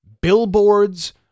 billboards